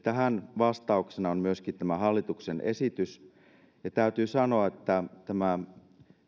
tähän vastauksena on myöskin tämä hallituksen esitys ja täytyy sanoa että tämä